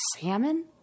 salmon